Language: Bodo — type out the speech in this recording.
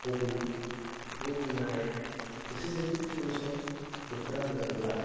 हबि बेखौबो बुंनो हाया गोसो जायो सम सम बोथोरा मोजांब्ला